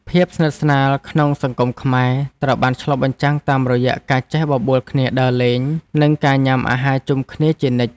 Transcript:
ភាពស្និទ្ធស្នាលក្នុងសង្គមខ្មែរត្រូវបានឆ្លុះបញ្ចាំងតាមរយៈការចេះបបួលគ្នាដើរលេង និងការញ៉ាំអាហារជុំគ្នាជានិច្ច។